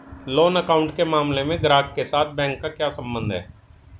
Loan account के मामले में ग्राहक के साथ बैंक का क्या संबंध है?